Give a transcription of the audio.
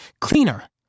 Cleaner